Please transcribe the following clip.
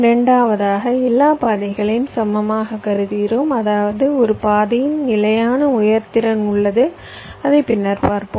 இரண்டாவதாக எல்லா பாதைகளையும் சமமாக கருதுகிறோம் அதாவது ஒரு பாதையின் நிலையான உணர்திறன் உள்ளது அதை பின்னர் பார்ப்போம்